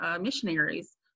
missionaries